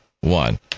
one